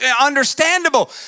understandable